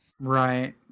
Right